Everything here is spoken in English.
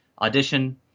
Audition